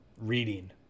reading